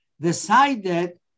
decided